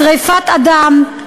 שרפת אדם,